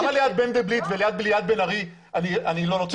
למה ליד מנדלבליט וליד ליאת בן ארי לא וכאן כן?